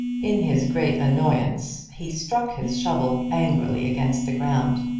in his great annoyance he struck his shovel angrily against the ground.